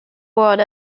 board